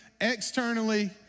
Externally